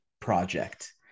project